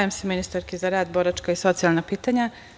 se ministarki za rad, boračka i socijalna pitanja.